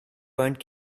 won’t